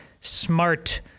smart